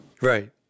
Right